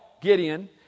Gideon